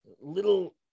little